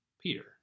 Peter